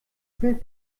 bild